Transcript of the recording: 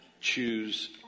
choose